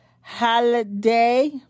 holiday